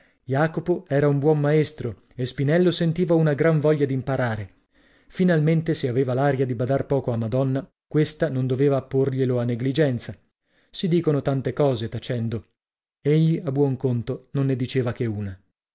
jacopo era un buon maestro e spinello sentiva una gran voglia d'imparare finalmente se aveva l'aria di badar poco a madonna questa non doveva apporglielo a negligenza si dicono tante cose tacendo egli a buon conto non ne diceva che una